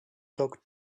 talk